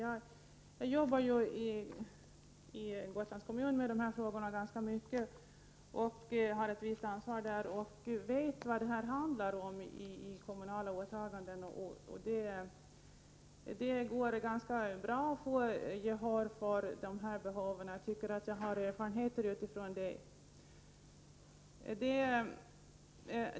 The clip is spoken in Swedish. Jag arbetar ju i Gotlands kommun ganska mycket med dessa frågor och har ett visst ansvar i det sammanhanget. Därför vet jag vad det innebär i fråga om kommunala åtaganden. Det går enligt mina erfarenheter ganska bra att få gehör för angelägenheten av dessa behov.